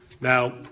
Now